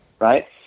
right